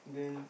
then